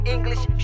English